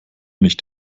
nicht